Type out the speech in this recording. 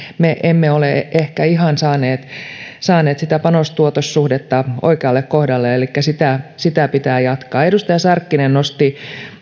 me emme ole ehkä ihan saaneet sitä panos tuotossuhdetta oikealle kohdalle elikkä sitä sitä pitää jatkaa edustaja sarkkinen nosti